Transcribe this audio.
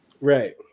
Right